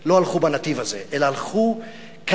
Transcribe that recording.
לא הלכו בנתיב הזה אלא הלכו קדימה,